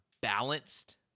balanced